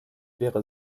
wäre